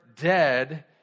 dead